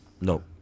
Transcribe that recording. No